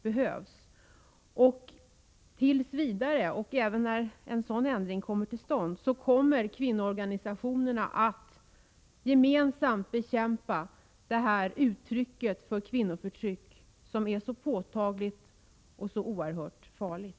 Tills vidare och även när en sådan ändring kommer till stånd kommer kvinnoorganisationerna att gemensamt bekämpa det här uttrycket för kvinnoförtryck, som är så påtagligt och så oerhört farligt.